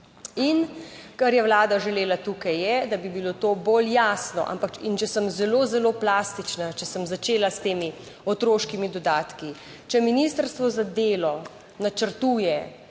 In kar je Vlada želela tukaj, je, da bi bilo to bolj jasno. In če sem zelo, zelo plastična, če sem začela s temi otroškimi dodatki, če Ministrstvo za delo načrtuje